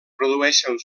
produeixen